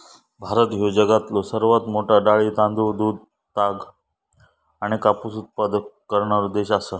भारत ह्यो जगामधलो सर्वात मोठा डाळी, तांदूळ, दूध, ताग आणि कापूस उत्पादक करणारो देश आसा